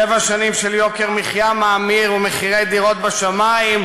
שבע שנים של יוקר מחיה מאמיר ומחירי דירות בשמים,